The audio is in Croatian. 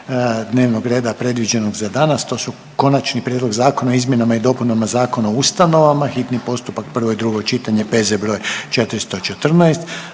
dnevnog reda predviđenog za danas, a to su: - Konačni prijedlog zakona o izmjenama i dopunama Zakona o ustanovama, hitni postupak, prvo i drugo čitanje, P.Z. broj 414.